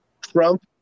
trump